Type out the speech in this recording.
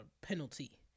penalty